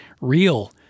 real